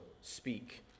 speak